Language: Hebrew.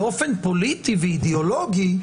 באופן פוליטי ואידיאולוגי,